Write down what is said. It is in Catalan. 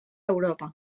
europa